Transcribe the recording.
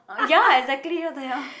ya exactly what the hell